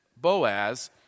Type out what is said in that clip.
Boaz